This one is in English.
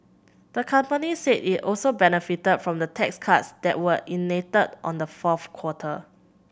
the company said it also benefited from the tax cuts that were enacted on the fourth quarter